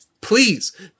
Please